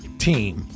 team